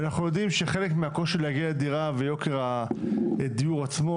אנחנו יודעים שהחלק מהקושי להגיע לדירה ויוקר הדיור עצמו,